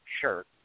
shirt